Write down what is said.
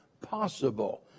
possible